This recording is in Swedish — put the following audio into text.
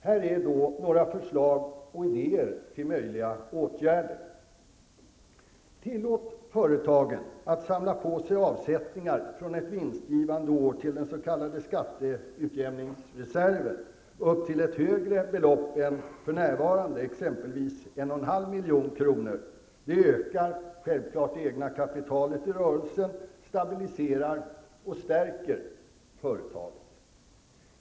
Här är några förslag och idéer till möjliga åtgärder. Tillåt företagen att samla på sig avsättningar från ett vinstgivande år till den s.k. skatteutjämningsreserven upp till ett högre belopp än för närvarande, exempelvis 1,5 milj.kr. Det ökar det egna kapitalet i rörelsen, stabiliserar och stärker företaget.